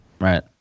Right